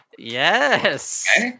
Yes